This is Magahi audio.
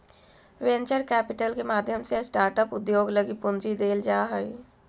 वेंचर कैपिटल के माध्यम से स्टार्टअप उद्योग लगी पूंजी देल जा हई